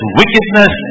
wickedness